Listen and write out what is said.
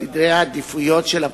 ולסדר העדיפויות של,